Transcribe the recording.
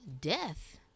death